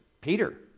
Peter